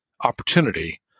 opportunity